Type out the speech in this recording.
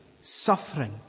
suffering